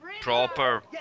proper